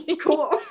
cool